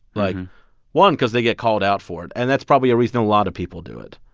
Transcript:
like one, because they get called out for it and that's probably a reason a lot of people do it.